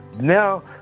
now